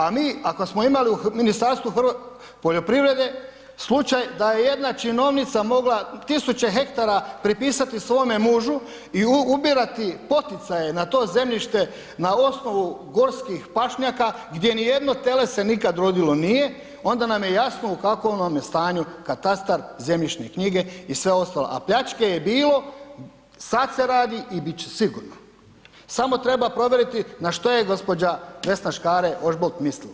A mi ako smo imali u Ministarstvu poljoprivrede slučaj da je jedna činovnica mogla tisuće hektara pripisati svome mužu i ubirati poticaje na to zemljište na osnovu gorskih pašnjaka gdje nijedno tele se nikad rodilo nije, onda nam je jasno u kakvom nam je stanju katastar zemljišne knjige i sve ostalo, a pljačke je bilo, sad se radi i bit će sigurno, samo treba provjeriti na što je gđa. Vesna Škare Ožbolt mislila.